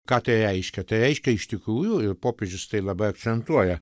ką tai reiškia tai reiškia iš tikrųjų ir popiežius tai labai akcentuoja